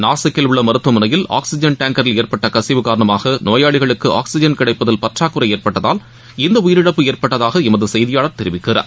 நாசிக்கில் உள்ள மருத்துவமனையில் ஆக்ஸிஜன் டேங்கரில் ஏற்பட்ட கசிவு காரணமாக நோயாளிகளுக்கு ஆக்ஸிஜன் கிடைப்பதில் பற்றாக்குறை ஏற்பட்டதால் இந்த உயிரிழப்பு ஏற்பட்டதாக எமது செய்தியாளர் தெரிவிக்கிறார்